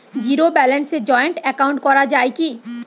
Zero ব্যালেন্সে joint account করা য়ায় কি?